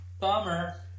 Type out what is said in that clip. Bummer